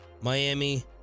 Miami